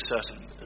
certain